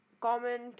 comment